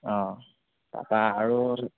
অঁ তাৰপৰা আৰু